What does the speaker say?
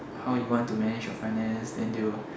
how you want to manage your finance then they will